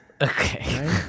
Okay